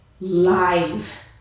live